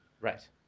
Right